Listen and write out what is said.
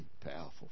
powerful